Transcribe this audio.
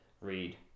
read